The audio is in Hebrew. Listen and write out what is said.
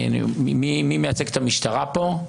מי מייצג את המשטרה פה?